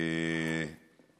תודה רבה.